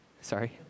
Sorry